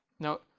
now,